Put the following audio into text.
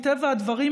מטבע הדברים,